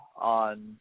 on